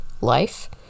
life